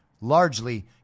largely